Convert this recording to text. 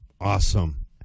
Awesome